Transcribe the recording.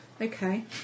Okay